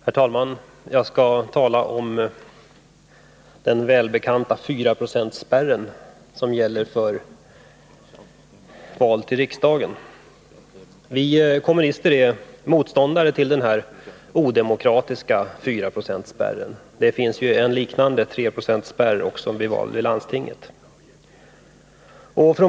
Herr talman! Jag skall tala om den välbekanta 4-procentsspärren vid val till riksdagen. Vi kommunister är motståndare till den odemokratiska 4-procentsspärren vid val till riksdagen. Det finns en liknande 3-procentsspärr till landstinget.